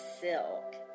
Silk